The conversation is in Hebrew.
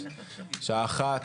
השעה 13:00,